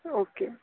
okay